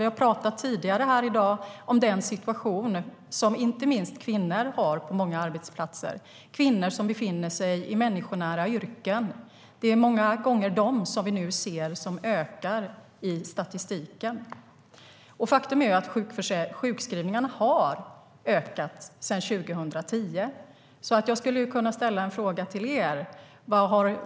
Vi har tidigare i dag talat om den situation som inte minst kvinnor har på många arbetsplatser - kvinnor som befinner sig i människonära yrken. Det är många gånger dessa kvinnor som vi nu ser ökar i statistiken. Faktum är att sjukskrivningarna har ökat sedan 2010. Jag skulle därför kunna ställa en fråga till er.